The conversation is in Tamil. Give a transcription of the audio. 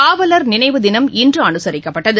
காவலர் நினைவு தினம் இன்றுஅனுசரிக்கப்பட்டது